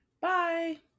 Bye